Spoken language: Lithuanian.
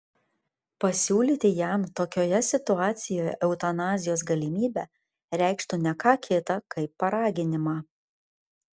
pasiūlyti jam tokioje situacijoje eutanazijos galimybę reikštų ne ką kita kaip paraginimą